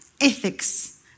ethics